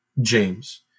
James